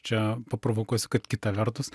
čia paprovokuosiu kad kita vertus